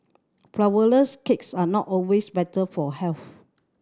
flourless cakes are not always better for health